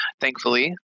thankfully